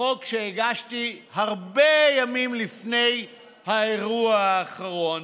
בחוק שהגשתי הרבה ימים לפני האירוע האחרון,